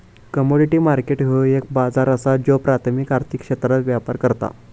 commodity market ह्यो एक बाजार असा ज्यो प्राथमिक आर्थिक क्षेत्रात व्यापार करता